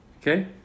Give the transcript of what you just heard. Okay